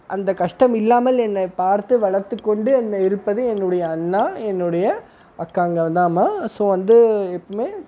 அந்த கஷ்டம் இல்லாமல் என்ன பார்த்து வளர்த்து கொண்டு என் இருப்பது என்னுடைய அண்ணா என்னுடைய அக்காங்கள்தாம்மா ஸோ வந்து எப்போவுமே